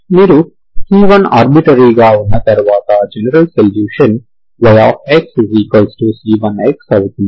మీరు c1 arbitrary గా ఉన్న తర్వాత జనరల్ సొల్యూషన్ yxc1x అవుతుంది